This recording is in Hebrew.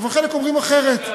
אבל חלק אומרים אחרת.